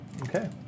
Okay